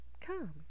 Come